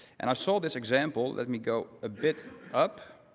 and i saw this example. let me go a bit up.